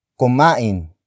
Kumain